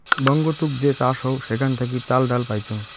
বঙ্গতুক যে চাষ হউ সেখান থাকি চাল, ডাল পাইচুঙ